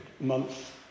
months